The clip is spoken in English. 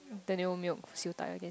the new milk siew dai again